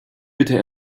bitte